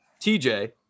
TJ